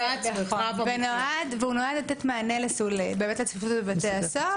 והוא נועד לתת מענה לצפיפות בבתי הסוהר,